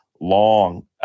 long